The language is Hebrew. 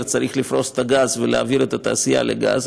צריך לפרוס את הגז ולהעביר את התעשייה לגז,